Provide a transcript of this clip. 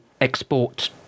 export